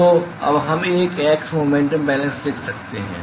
तो अब हम एक x मोमेन्टम बेलेन्स लिख सकते हैं